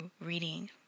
reading